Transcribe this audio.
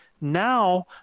Now